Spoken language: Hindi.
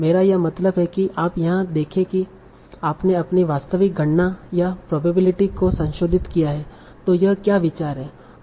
मेरा यह मतलब है की आप यहां देखें कि आपने अपनी वास्तविक गणना या प्रोबाबिलिटी को संशोधित किया है तों यह क्या विचार है